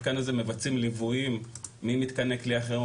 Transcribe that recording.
אשכולות האשכולות האלה בנויים מתחנות גדולות,